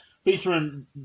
featuring